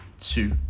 two